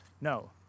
No